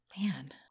Man